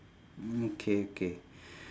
mm K okay